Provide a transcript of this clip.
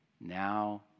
now